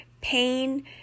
pain